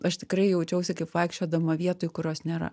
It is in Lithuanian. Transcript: aš tikrai jaučiausi kaip vaikščiodama vietoj kurios nėra